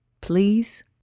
Please